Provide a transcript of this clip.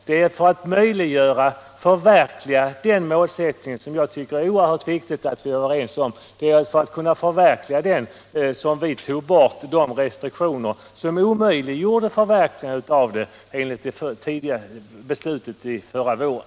Det var för att möjliggöra förverkligandet av det målet — vilket jag anser att det är oerhört viktigt att vi är överens om — som vi tog bort de restriktioner som omöjliggjorde det förverkligandet enligt det beslut som hade fattats förra våren.